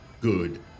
Good